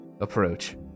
approach